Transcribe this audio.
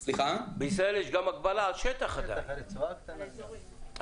עדיין, על האזורים.